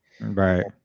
Right